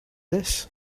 this